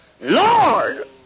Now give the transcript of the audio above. Lord